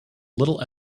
little